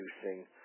producing